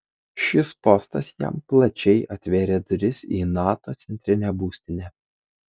šis postas jam plačiai atvėrė duris į nato centrinę būstinę